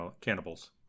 cannibals